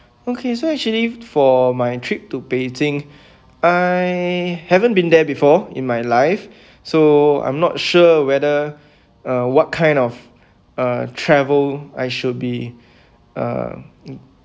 okay so actually for my trip to beijing I haven't been there before in my life so I'm not sure whether uh what kind of uh travel I should be uh